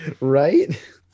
right